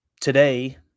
today